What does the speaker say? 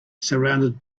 surrounded